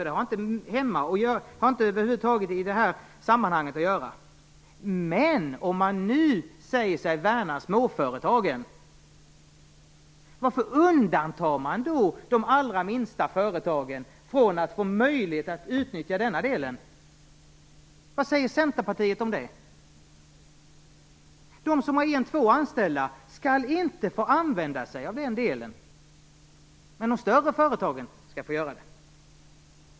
Det har inte i detta sammanhang att göra. Varför undantar man de allra minsta företagen från möjligheten att utnyttja denna del, om man nu säger sig värna småföretagen? Vad säger Centerpartiet om det? De företagare som har en eller två anställda skall inte få använda sig av den delen, men de större företagen skall få göra det.